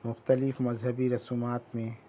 مختلف مذہبی رسومات میں